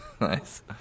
nice